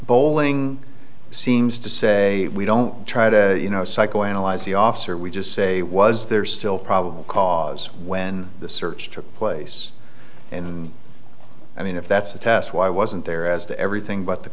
bowling seems to say we don't try to you know psychoanalyze the officer we just say was there still probable cause when the search took place and i mean if that's the test why wasn't there as to everything but the